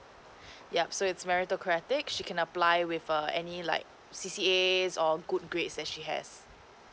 yup so it's meritocratic she can apply with err any like C_C_A or good grades that she has